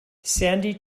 sandy